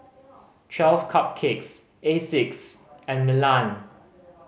Twelve Cupcakes Asics and Milan